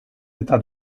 eta